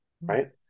right